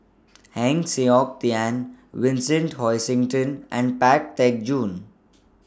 Heng Siok Tian Vincent Hoisington and Pang Teck Joon